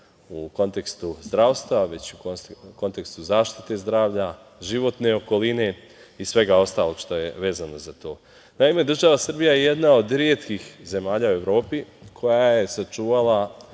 u kontekstu zdravstva, već i u kontekstu zaštite zdravlja, životne okoline i svega ostalog što je vezano za to. Naime, država Srbija je jedna od retkih zemalja u Evropi koja je sačuvala